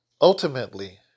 ultimately